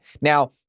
Now